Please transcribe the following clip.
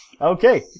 Okay